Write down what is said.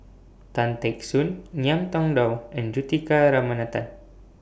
Tan Teck Soon Ngiam Tong Dow and Juthika Ramanathan